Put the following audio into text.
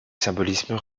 symbolisme